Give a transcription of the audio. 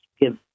give